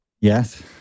Yes